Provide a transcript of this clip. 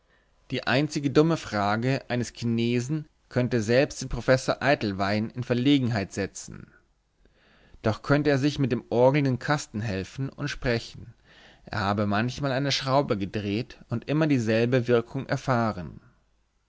die einzige dumme frage eines chinesen könnte selbst den professor eytelwein in verlegenheit setzen doch könnte er sich mit dem orgelnden kasten helfen und sprechen er habe manchmal an der schraube gedreht und immer dieselbe wirkung erfahren